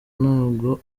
ntabwo